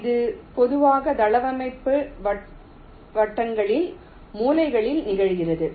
இது பொதுவாக தளவமைப்பு வட்டங்களின் மூலைகளில் நிகழ்கிறது